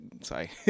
sorry